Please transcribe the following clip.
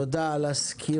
תודה על הסקירה.